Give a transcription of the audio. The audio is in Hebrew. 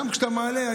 כשאתה מעלה,